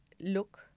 look